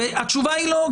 התשובה היא לא.